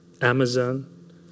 Amazon